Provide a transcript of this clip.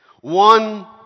one